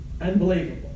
Unbelievable